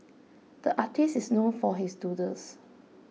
the artist is known for his doodles